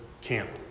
camp